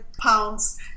pounds